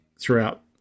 throughout